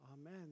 Amen